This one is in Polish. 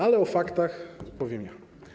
Ale o faktach powiem ja.